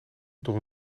door